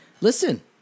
Listen